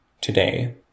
today